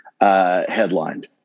headlined